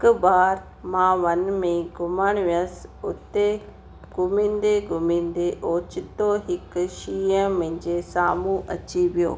हिकु बार मां वन में घुमणु वियसि उते घुमंदे घुमंदे ओचितो हिकु शींहुं मुंहिंजे सामुहूं अची वियो